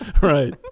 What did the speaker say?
Right